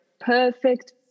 perfect